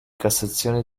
cassazione